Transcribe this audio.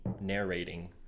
narrating